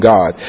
God